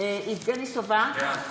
יבגני סובה,